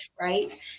right